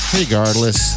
regardless